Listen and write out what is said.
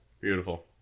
beautiful